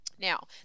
Now